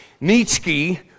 Nietzsche